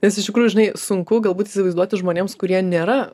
nes iš tikrųjų žinai sunku galbūt įsivaizduoti žmonėms kurie nėra